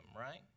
right